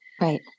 Right